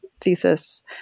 thesis